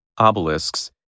obelisks